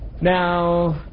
Now